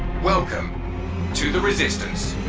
welcome to the resistance.